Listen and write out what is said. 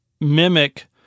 mimic